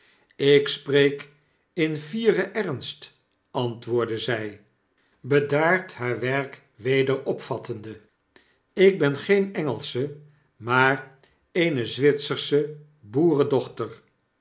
ik spreek in fieren ernst'antwoordde zy bedaard haar werk weder opvattende ik ben geen engelsche maar eene zwitsersche